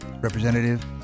representative